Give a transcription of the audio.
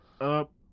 up